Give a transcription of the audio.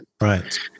Right